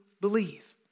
believe